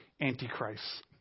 Antichrist